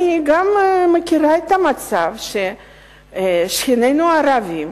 אני גם מכירה את המצב ששכנינו הערבים